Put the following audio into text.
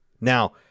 Now